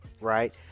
right